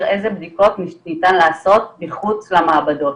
איזה בדיקות ניתן לעשות מחוץ למעבדות,